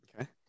Okay